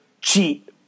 cheat